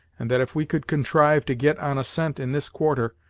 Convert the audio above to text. and that if we could contrive to get on a scent in this quarter,